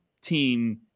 team